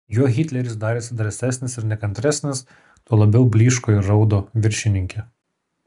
juo hitleris darėsi drąsesnis ir nekantresnis tuo labiau blyško ir raudo viršininkė